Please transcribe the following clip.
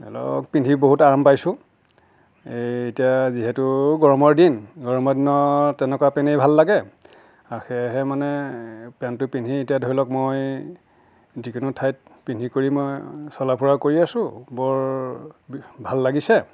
ধৰি লওক পিন্ধি বহুত আৰাম পাইছোঁ এই এতিয়া যিহেতু ও গৰমৰ দিন গৰমৰ দিনত তেনেকুৱা পেনেই ভাল লাগে আৰু সেয়েহে মানে পেনটো পিন্ধি এতিয়া ধৰি লওক মই যিকোনো ঠাইত পিন্ধি কৰি মই চলা ফুৰা কৰি আছো বৰ ভাল লাগিছে